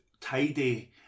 tidy